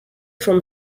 from